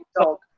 dog